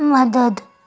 مدد